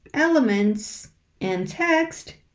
elements and text,